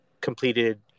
completed